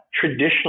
traditionally